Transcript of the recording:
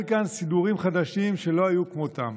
כאן סידורים חדשים שלא היו כמותם.